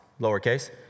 lowercase